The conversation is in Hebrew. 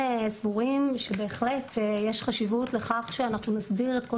סבורים שבהחלט יש חשיבות לכך שנסדיר את כל